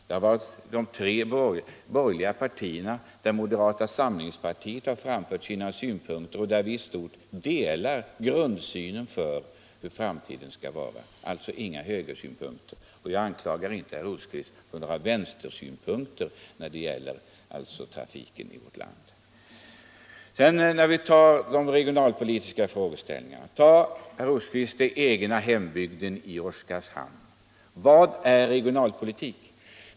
Det har varit de tre borgerliga partiernas synpunkter. Moderata samlingspartiet har fört fram sina synpunkter, som innebär att vi i stort delar grundsynen på hur trafikpolitiken skall utformas i framtiden. Där är det alltså inga högersynpunkter som varit vägledande — och f. ö. anklagar jag inte herr Rosqvist för några vänstersynpunkter när det gäller trafiken i vårt land. " Vad sedan beträffar de regionalpolitiska frågorna kan ju herr Rosqvist ta den cgna hembygden, Oskarshamn, som exempel. Vad är regional politik?